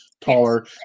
taller